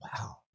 Wow